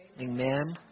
Amen